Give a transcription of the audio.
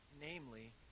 namely